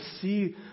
see